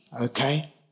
okay